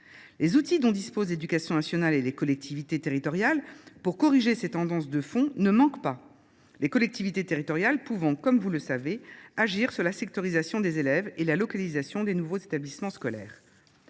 Les outils dont disposent l’éducation nationale et les collectivités territoriales pour corriger ces tendances de fond ne manquent pas, puisque les collectivités territoriales peuvent, comme vous le savez, agir sur la sectorisation des élèves et la localisation des nouveaux établissements scolaires.